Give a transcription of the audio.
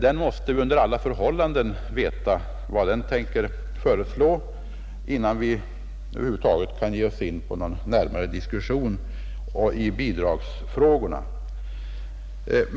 Vi måste under alla förhållanden veta vad den tänker föreslå innan vi kan ge oss in på någon närmare diskussion om bidragsfrågorna.